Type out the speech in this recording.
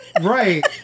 Right